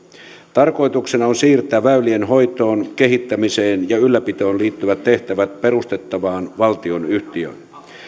tarkoituksena on siirtää väylien hoitoon kehittämiseen ja ylläpitoon liittyvät tehtävät perustettavaan valtionyhtiöön